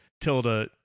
tilda